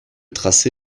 tracé